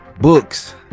books